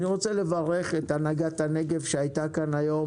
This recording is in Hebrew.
אני רוצה לברך את הנהגת הנגב שהייתה כאן היום